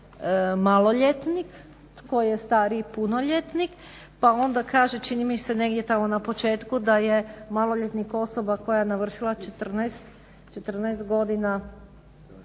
maloljetnik, tko je stariji punoljetnik pa onda kaže, čini mi se tamo negdje na početku da je: "Maloljetnik osoba koja je navršila 14 godina,